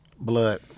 Blood